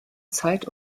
zeit